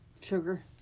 Sugar